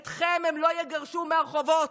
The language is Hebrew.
אתכם הם לא יגרשו מהרחובות.